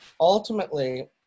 ultimately